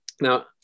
now